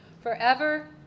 forever